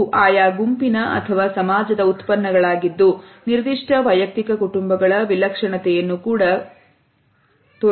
ಇವು ಆಯಾ ಗುಂಪಿನ ಅಥವಾ ಸಮಾಜದ ಉತ್ಪನ್ನಗಳಾಗಿದ್ದು ನಿರ್ದಿಷ್ಟ ವಯಕ್ತಿಕ ಕುಟುಂಬಗಳ ವಿಲಕ್ಷಣತೆಯನ್ನು ಕೂಡ ಆಗಿದೆ